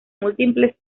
múltiples